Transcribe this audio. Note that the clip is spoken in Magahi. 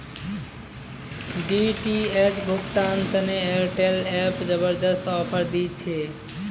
डी.टी.एच भुगतान तने एयरटेल एप जबरदस्त ऑफर दी छे